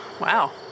Wow